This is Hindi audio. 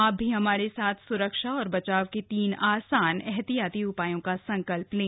आप भी हमारे साथ सुरक्षा और बचाव के तीन आसान एहतियाती उपायों का संकल्प लें